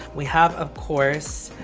we have, of course,